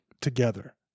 together